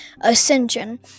Ascension